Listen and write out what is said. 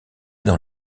dans